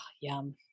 yum